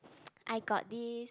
I got this